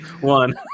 One